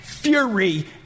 Fury